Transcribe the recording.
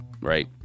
right